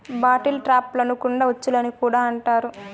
bottle ట్రాప్లను కుండ ఉచ్చులు అని కూడా అంటారు